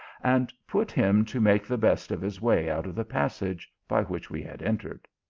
and put him to make the best of his way out of the passage by which we had entered.